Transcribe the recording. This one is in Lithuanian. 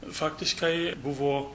faktiškai buvo